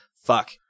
Fuck